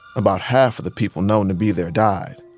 about half of the people known to be there died.